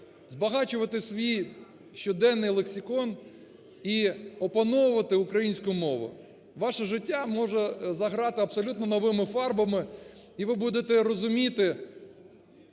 Збагачувати свій щоденний лексикон і опановувати українську мову. Ваше життя може заграти абсолютно новими фарбами, і ви будете розуміти,